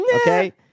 Okay